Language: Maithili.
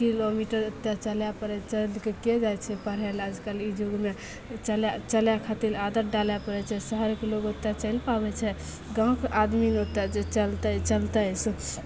किलोमीटर एतऽ से चलै पड़ैत छै के जाइत छै पढ़ए लए आजकल ई जुगमे चलए खातिर आदत डालै पड़ैत छै शहरके लोग ओतए चलि पाबैत छै गाँवके आदमी ओतऽ जे चलतै चलतै तऽ